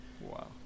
Wow